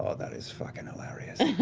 ah that is fucking hilarious.